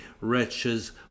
wretches